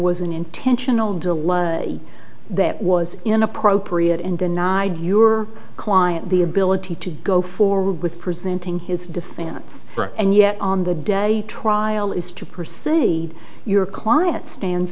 an intentional dilemma that was inappropriate and denied your client the ability to go forward with presenting his defense and yet on the day trial is to proceed your client stands